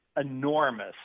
enormous